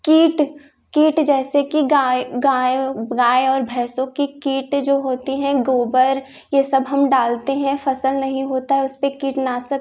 कीट कीट जैसे कि गाय गायों गाय और भैंसों की कीट जो होती है गोबर ये सब हम डालते हैं फसल नहीं होता है उसपे कीटनाशक